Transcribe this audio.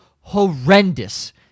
horrendous